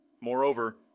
Moreover